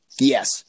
Yes